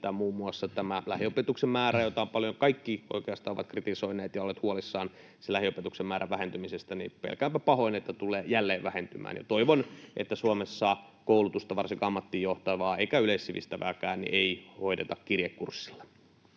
että muun muassa tämä lähiopetuksen määrä, jota oikeastaan kaikki ovat kritisoineet ja olleet huolissaan sen vähentymisestä, tulee jälleen vähentymään. Ja toivon, ettei Suomessa koulutusta, varsinkaan ammattiin johtavaa eikä yleissivistävääkään, hoideta kirjekurssilla.